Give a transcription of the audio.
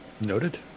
Noted